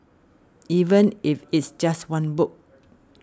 even if it's just one book